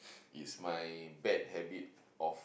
is my bad habit of